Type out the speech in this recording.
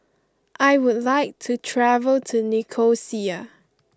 I would like to travel to Nicosia